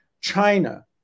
China